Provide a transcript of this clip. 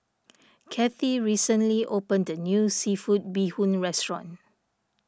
Kathie recently opened a new Seafood Bee Hoon Restaurant